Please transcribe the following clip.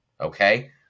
okay